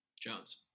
Jones